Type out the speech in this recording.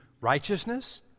righteousness